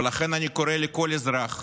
ולכן אני קורא לכל אזרח,